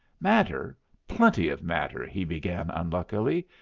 matter? plenty of matter! he began, unluckily.